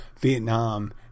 Vietnam